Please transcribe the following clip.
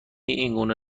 اینگونه